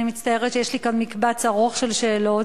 אני מצטערת שיש לי כאן מקבץ ארוך של שאלות: